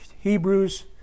Hebrews